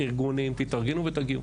ארגונים, תתארגנו ותגיעו,